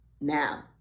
Now